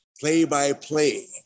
play-by-play